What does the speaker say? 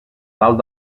dalt